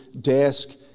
desk